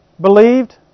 Believed